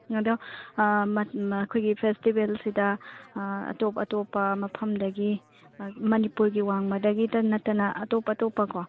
ꯑꯗꯣ ꯑꯩꯈꯣꯏꯒꯤ ꯐꯦꯁꯇꯤꯕꯦꯜꯁꯤꯗ ꯑꯇꯣꯞ ꯑꯇꯣꯞꯄ ꯃꯐꯝꯗꯒꯤ ꯃꯅꯤꯄꯨꯔꯒꯤ ꯋꯥꯡꯃꯗꯒꯤꯗ ꯅꯠꯇꯅ ꯑꯇꯣꯞ ꯑꯇꯣꯞꯄꯀꯣ